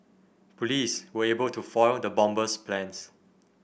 police were able to foil the bomber's plans